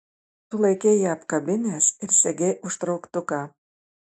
tu laikei ją apkabinęs ir segei užtrauktuką